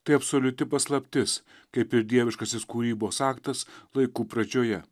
tai absoliuti paslaptis kaip ir dieviškasis kūrybos aktas laikų pradžioje